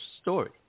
story